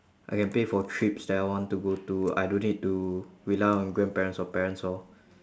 I can pay for trips that I want to go to I don't need to rely on grandparents or parents lor